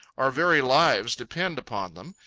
our very lives depend upon them.